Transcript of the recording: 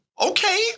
Okay